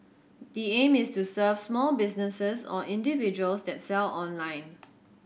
the aim is to serve small businesses or individuals that sell online